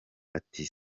ati